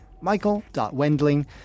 michael.wendling